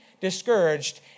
discouraged